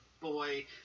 boy